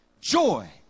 Joy